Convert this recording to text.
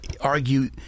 argue